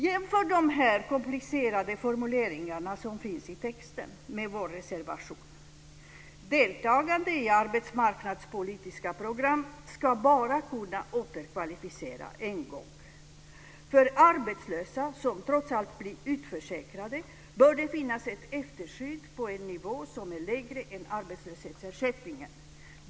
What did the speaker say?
Jämför de komplicerade formuleringarna som finns i texten med vår reservation: "Deltagande i arbetsmarknadspolitiska program skall bara kunna återkvalificera en gång. För arbetslösa som trots allt blir utförsäkrade bör det finns ett efterskydd på en nivå som är lägre än arbetslöshetsersättningen.